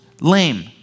lame